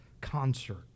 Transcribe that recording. concert